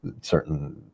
certain